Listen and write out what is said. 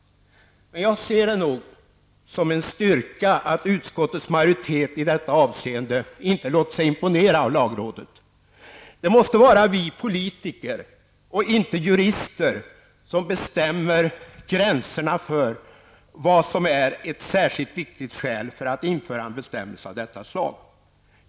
Men jag ser det nog som en styrka att utskottets majoritet i detta avseende inte låtit sig imponera av lagrådet. Det måste vara vi politiker, inte jurister, som bestämmer gränserna för vad som är ett särskilt viktigt skäl för att införa en bestämmelse av detta slag.